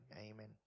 amen